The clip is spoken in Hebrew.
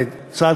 הרי בצה"ל,